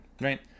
right